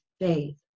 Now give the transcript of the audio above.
faith